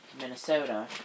Minnesota